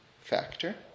factor